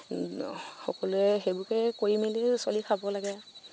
সকলোৱে সেইবোৰকে কৰি মেলি চলি খাব লাগে